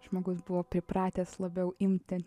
žmogus buvo pripratęs labiau imti